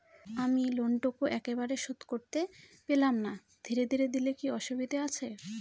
আমি লোনটুকু একবারে শোধ করতে পেলাম না ধীরে ধীরে দিলে কি অসুবিধে আছে?